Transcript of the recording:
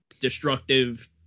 destructive